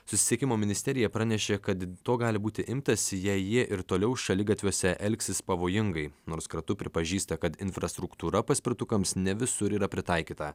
susisiekimo ministerija pranešė kad to gali būti imtasi jei jie ir toliau šaligatviuose elgsis pavojingai nors kartu pripažįsta kad infrastruktūra paspirtukams ne visur yra pritaikyta